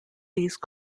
these